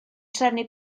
trefnu